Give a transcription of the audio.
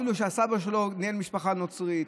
אפילו שהסבא שלו ניהל משפחה נוצרית,